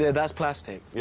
that's plastic. yeah